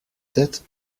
sept